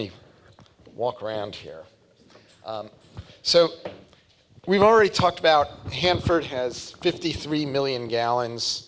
me walk around here so we've already talked about him first has fifty three million gallons